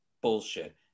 bullshit